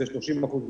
וזה 30% מהבדיקות.